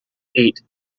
eight